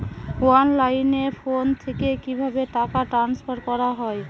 অনলাইনে ফোন থেকে কিভাবে টাকা ট্রান্সফার করা হয়?